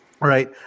right